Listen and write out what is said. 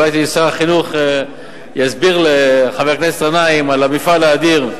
אולי שר החינוך יסביר לחבר הכנסת גנאים על המפעל האדיר.